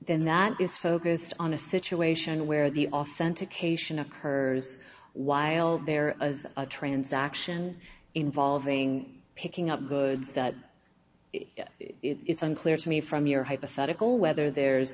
then that is focused on a situation where the authentication occurs while there is a transaction involving picking up goods that it's unclear to me from your hypothetical whether there's